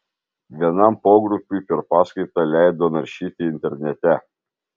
vienam pogrupiui per paskaitą leido naršyti internete